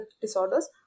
disorders